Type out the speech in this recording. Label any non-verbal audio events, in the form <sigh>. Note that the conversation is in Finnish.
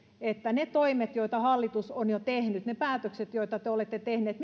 on niillä toimilla joita hallitus on jo tehnyt niillä päätöksillä joita te olette tehneet <unintelligible>